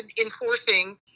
enforcing